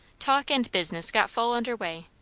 talk and business got full under weigh.